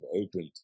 opened